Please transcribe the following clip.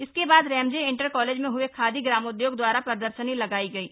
इसके बाद Ramsay inter college में हए खादी ग्रामोद्योग दवारा प्रदर्शनी लगायी गयी